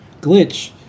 Glitch